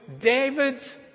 David's